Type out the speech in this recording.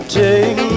take